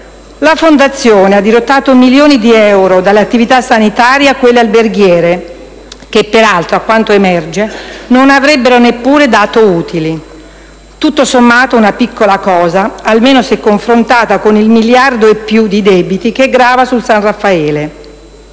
La Fondazione ha dirottato milioni di euro dalle attività sanitarie a quelle alberghiere che peraltro, a quanto emerge, non avrebbero neppure dato utili. Tutto sommato una piccola cosa, almeno se confrontata con il miliardo e più di debiti che grava sul San Raffaele,